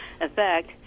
effect